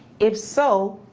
if so,